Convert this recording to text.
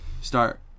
start